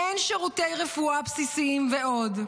אין שירותי רפואה בסיסיים ועוד.